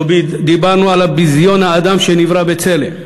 לא דיברנו על ביזיון האדם שנברא בצלם.